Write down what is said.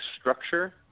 structure